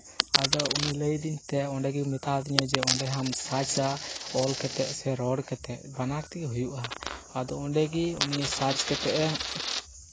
ᱟᱫᱚ ᱩᱱᱤ ᱞᱟᱹᱭᱟᱹᱫᱤᱧ ᱛᱮ ᱚᱸᱰᱮᱜᱮ ᱢᱮᱛᱟᱣᱟᱫᱤᱧᱟᱭ ᱡᱮ ᱚᱸᱰᱮ ᱦᱚᱢ ᱥᱟᱨᱪᱟ ᱚᱞ ᱠᱟᱛᱮᱫ ᱥᱮ ᱨᱚᱲ ᱠᱟᱛᱮᱫ ᱵᱟᱱᱟᱨ ᱛᱮᱜᱮ ᱦᱩᱭᱩᱜᱼᱟ ᱟᱫᱚ ᱚᱸᱰᱮ ᱜᱮ ᱩᱱᱤ ᱥᱟᱨᱪ ᱠᱟᱛᱮᱫᱼᱮ